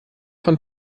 von